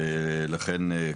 ולכן,